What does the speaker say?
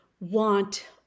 want